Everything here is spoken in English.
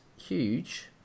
huge